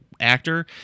actor